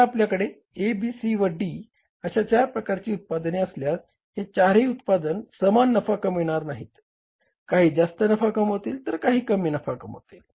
आता आपल्याकडे A B C व D अशा चार प्रकारची उत्पादने असल्यास हे चारही उत्पादन समान नफा कवणार नाहीत काही जास्त नफा कमवतील तर काही कमी नफा कमावतील